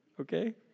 Okay